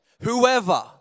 Whoever